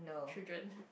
children